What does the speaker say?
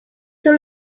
too